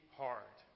hard